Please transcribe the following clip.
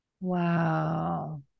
Wow